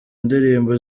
indirimbo